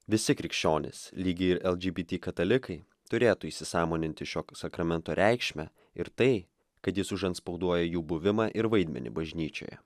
visi krikščionys lygiai ir lgbt katalikai turėtų įsisąmoninti šio sakramento reikšmę ir tai kad jis užantspauduoja jų buvimą ir vaidmenį bažnyčioje